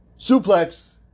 suplex